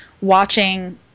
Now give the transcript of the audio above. watching